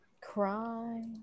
Cry